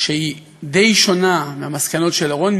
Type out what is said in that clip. שהיא די שונה מהמסקנות של לרון,